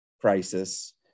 crisis